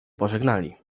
pożegnali